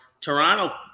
Toronto